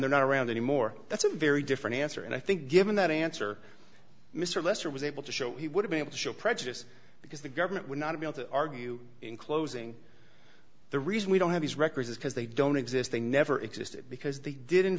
they're not around anymore that's a very different answer and i think given that answer mr lester was able to show he would be able to show prejudice because the government would not appeal to argue in closing the reason we don't have these records is because they don't exist they never existed because they did in